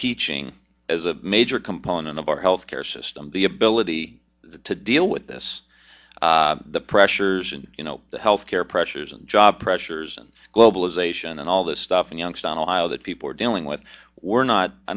teaching as a major component of our health care system the ability to deal with this the pressures and you know the health care pressures and job pressures and globalization and all this stuff in youngstown ohio that people are dealing with we're not i